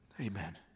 Amen